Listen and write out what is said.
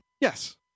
Yes